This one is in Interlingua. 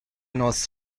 nos